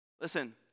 Listen